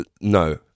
no